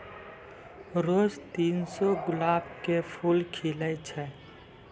रोज तीन सौ गुलाब के फूल खिलै छै